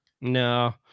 No